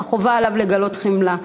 חובה עליו לגלות חמלה.